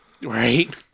Right